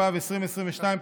התשפ"ב 2022,